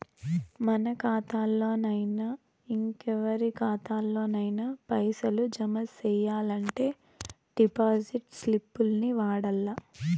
మన కాతాల్లోనయినా, ఇంకెవరి కాతాల్లోనయినా పైసలు జమ సెయ్యాలంటే డిపాజిట్ స్లిప్పుల్ని వాడల్ల